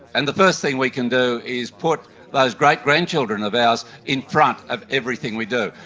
and the first thing we can do is put those great-grandchildren of ours in front of everything we do,